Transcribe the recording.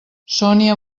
sònia